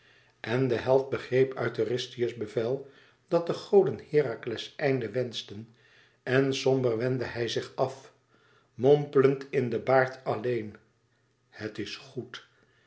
en de held begreep uit eurystheus bevel dat de goden herakles einde wenschten en somber wendde hij zich af mompelend in den baard alleen het is goed